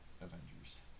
Avengers